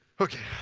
ok.